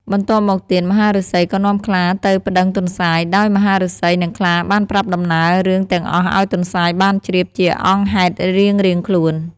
បន្ទាប់មកទៀតមហាឫសីក៏នាំខ្លាទៅប្តឹងទន្សាយ ដោយមហាឫសី និងខ្លាបានប្រាប់ដំណើរ រឿងទាំងអស់ឱ្យទន្សាយបានជ្រាបជាអង្គហេតុរៀងៗខ្លួន។